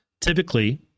Typically